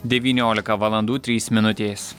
devyniolika valandų trys minutės